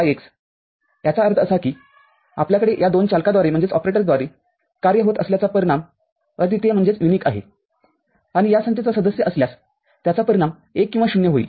x याचा अर्थ असा की आपल्याकडे या दोन चालकाद्वारे कार्य होत असल्यास परिणाम अद्वितीय आहे आणि या संचाचा सदस्य असल्यास त्याचा परिणाम १ किंवा ० होईल